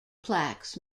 plaques